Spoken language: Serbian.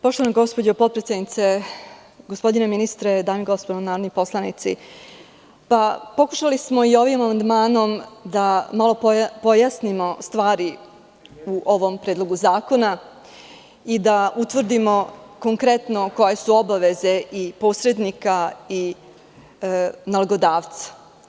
Poštovana gospođo potpredsednice, poštovani gospodine ministre, dame i gospodo, pokušali smo i ovim amandmanom da malo pojasnimo stvari u ovom predlogu zakona i da utvrdimo koje su obaveze, konkretno, i posrednika i nalogodavca.